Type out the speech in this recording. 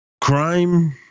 crime